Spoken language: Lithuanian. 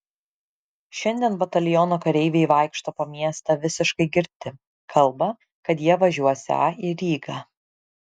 šiandien bataliono kareiviai vaikšto po miestą visiškai girti kalba kad jie važiuosią į rygą